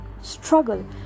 struggle